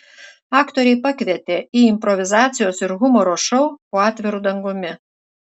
aktoriai pakvietė į improvizacijos ir humoro šou po atviru dangumi